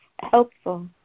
helpful